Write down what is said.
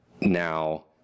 now